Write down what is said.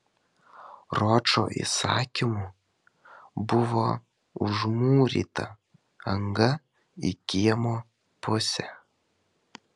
ročo įsakymu buvo užmūryta anga į kiemo pusę